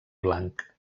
blanc